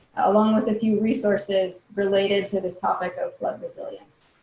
along with a few resources related to this topic of flood resilience.